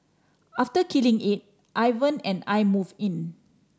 after killing it Ivan and I moved in